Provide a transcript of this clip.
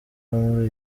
muri